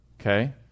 Okay